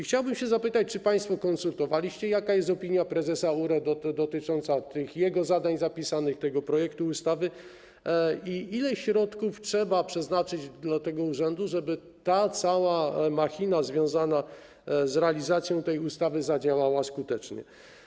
Chciałbym zapytać: Czy państwo konsultowaliście, jaka jest opinia prezesa URE dotycząca jego zadań zapisanych w tym projekcie ustawy i ile środków trzeba przeznaczyć dla tego urzędu, żeby cała machina związana z realizacją tej ustawy zadziałała skutecznie?